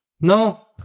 No